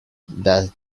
that